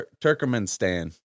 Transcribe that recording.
Turkmenistan